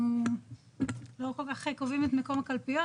אנחנו לא כל כך קובעים את מקום הקלפיות,